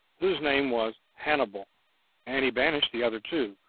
whose name was hannibal and he banished the other two,